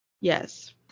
Yes